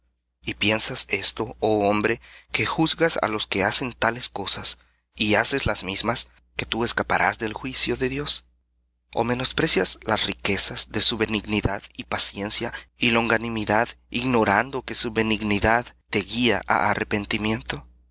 y piensas esto oh hombre que juzgas á los que hacen tales cosas y haces las mismas que tú escaparás del juicio de dios o menosprecias las riquezas de su benignidad y paciencia y longaminidad ignorando que su benignidad te guía á arrepentimiento